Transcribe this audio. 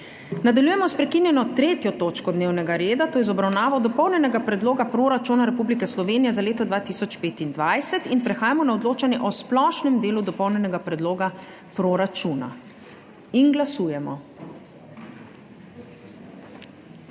**Nadaljujemo s prekinjeno 3. točko dnevnega reda, to je z obravnavo Dopolnjenega predloga proračuna Republike Slovenije za leto 2025.** Prehajamo na odločanje o splošnem delu Dopolnjenega predloga proračuna. Glasujemo.